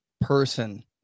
person